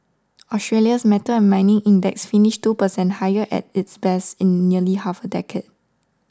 Australia's metals and mining index finished two per cent higher at its best in nearly half a decade